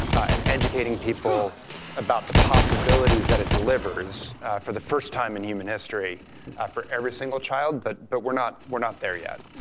and educating people about the possibilities that it delivers for the first time in human history for every single child, but but we're not we're not there yet.